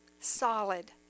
solid